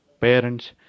parents